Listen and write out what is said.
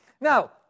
Now